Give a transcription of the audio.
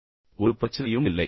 இனி ஒரு பிரச்சனையும் இல்லை